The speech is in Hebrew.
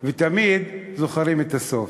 ותמיד זוכרים את הסוף.